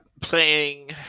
playing